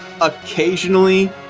Occasionally